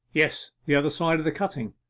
yes, the other side of the cutting.